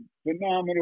Phenomenal